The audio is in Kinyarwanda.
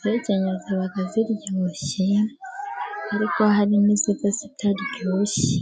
ziba ziryoshye, ariko hari n'iziba zitaryoshye.